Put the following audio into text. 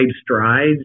strides